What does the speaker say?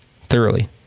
thoroughly